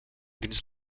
dins